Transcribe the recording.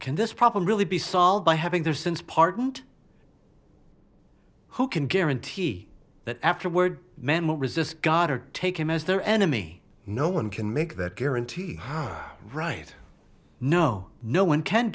can this problem really be solved by having their sins pardoned who can guarantee that afterward men will resist god or take him as their enemy no one can make that guarantee right no no one can